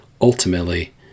ultimately